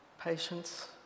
patience